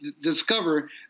discover